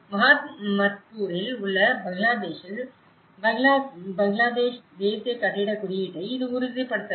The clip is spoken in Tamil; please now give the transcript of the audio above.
மகாமத்பூரில் உள்ள பங்களாதேஷில் பங்களாதேஷ் தேசிய கட்டிடக் குறியீட்டை இது உறுதிப்படுத்தவில்லை